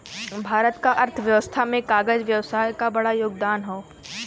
भारत क अर्थव्यवस्था में कागज व्यवसाय क बड़ा योगदान हौ